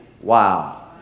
Wow